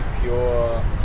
pure